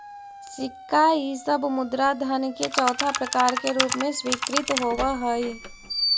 सिक्का इ सब मुद्रा धन के चौथा प्रकार के रूप में स्वीकृत होवऽ हई